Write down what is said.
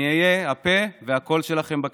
אני אהיה הפה והקול שלכם בכנסת,